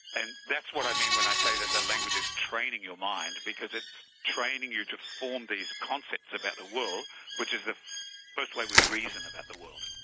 and that's what i mean when i say that the language is training your mind because it's training you to form these concepts about the world which is the first way we reason about the world.